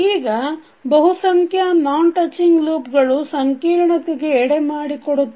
ಈಗ ಬಹುಸಂಖ್ಯಾ non touching ಲೂಪ್ಗಳು ಸಂಕೀರ್ಣತೆಗೆ ಎಡೆಮಾಡಿಕೊಡುತ್ತವೆ